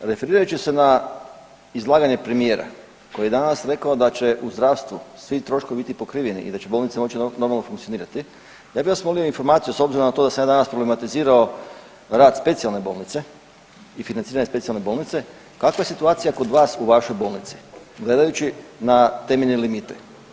A referirajući se na izlaganje premijera koji je danas rekao da će u zdravstvu svi troškovi biti pokriveni i da će bolnica moći normalno funkcionirati ja bih vas molio informaciju s obzirom na to da sa ja problematizirao rad specijalne bolnice i financiranja specijalne bolnice kakav je situacija kod vas u vašoj bolnici gledajući na temeljne limite.